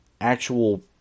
actual